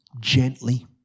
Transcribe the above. gently